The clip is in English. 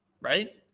right